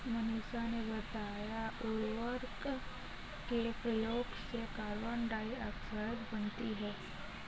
मनीषा ने बताया उर्वरक के प्रयोग से कार्बन डाइऑक्साइड बनती है